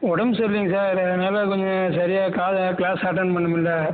உடம்பு சரில்லைங்க சார் அதனால் கொஞ்சம் சரியாக காலைல க்ளாஸ் அட்டன் பண்ண முடில்ல